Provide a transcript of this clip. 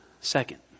Second